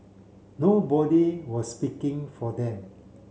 nobody was speaking for them